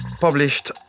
published